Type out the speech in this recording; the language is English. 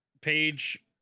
Page